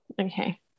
okay